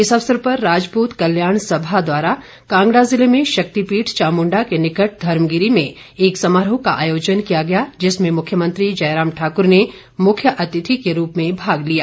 इस अवसर पर राजपूत कल्याण सभा द्वारा कांगड़ा जिले में शक्तिपीठ चामुंडा के निकट धर्मगिरी में एक समारोह का आयोजन किया गया जिसमें मुख्यमंत्री जयराम ठाकर ने मुख्य अतिथि के रूप में भाग लिया